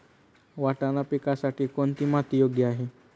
वाटाणा पिकासाठी कोणती माती योग्य आहे?